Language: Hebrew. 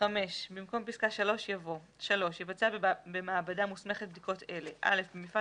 במקום פסקת (3) יבוא: "(3)יבצע במעבדה מוסמכת בדיקות אלה: במפעל